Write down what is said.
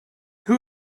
who